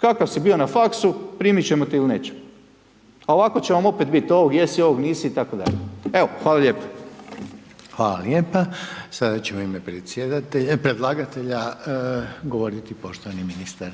kakav si bio na faksu, primit ćemo te ili nećemo, a ovako će vam opet biti, ovog jesi, ovog nisi itd. Evo, hvala lijepa. **Reiner, Željko (HDZ)** Hvala lijepa. Sada ćemo u ime predlagatelja govoriti poštovani ministar